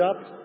up